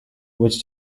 which